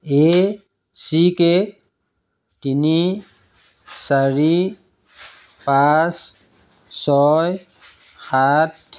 এ C K তিনি চাৰি পাঁচ ছয় সাত